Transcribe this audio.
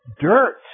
Dirt